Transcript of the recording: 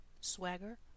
Swagger